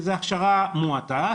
שזה הכשרה מועטה,